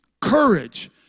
Courage